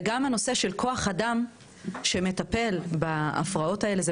גם נושא כוח-אדם שמטפל בהפרעות אלה זה